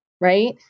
right